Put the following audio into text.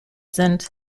sind